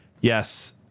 Yes